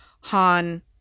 Han